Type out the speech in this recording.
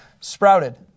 sprouted